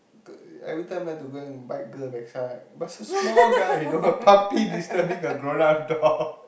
every time like to go and bite girl backside but it's a small guy you know a puppy disturbing a grown up dog